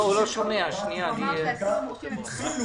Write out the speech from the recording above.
התחילו